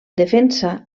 defensa